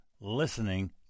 listening